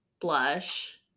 blush